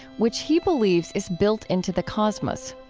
which he believes is built into the cosmos.